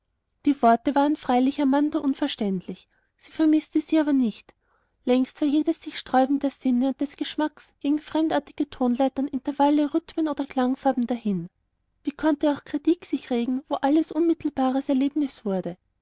die worte waren freilich amanda unverständlich sie vermißte sie aber nicht längst war jedes sichsträuben der sinne und des geschmackes gegen fremdartige tonleitern intervalle rhythmen oder klangfarben dahin wie könnte auch kritik sich regen wo alles unmittelbares erlebnis wurde